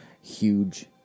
huge